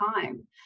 time